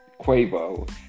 Quavo